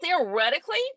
theoretically